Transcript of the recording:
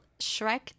Shrek